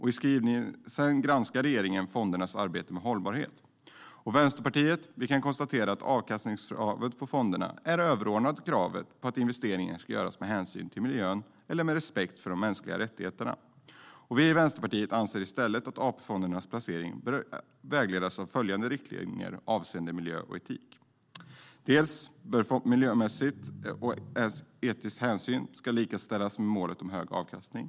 I skrivelsen granskar regeringen fondernas arbete med hållbarhet. Vi i Vänsterpartiet kan konstatera att avkastningskravet på fonderna är överordnat kravet på att investeringar ska göras med hänsyn till miljön eller med respekt för de mänskliga rättigheterna. Vi i Vänsterpartiet anser i stället att AP-fondernas placering bör vägledas av följande riktlinjer avseende miljö och etik. För det första: Miljömässiga och etiska hänsyn ska likställas med målet om hög avkastning.